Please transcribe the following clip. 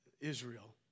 Israel